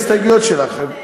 ההסתייגויות שלך.